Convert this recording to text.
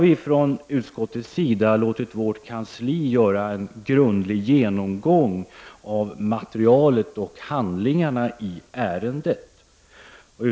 Vi i utskottet har låtit vårt kansli göra en grundlig genomgång av materialet, av handlingarna i ärendet.